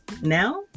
now